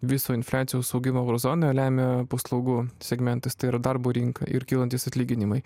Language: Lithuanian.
viso infliacijos augimo euro zonoj lemia paslaugų segmentas tai yra darbo rinka ir kylantys atlyginimai